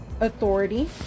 authority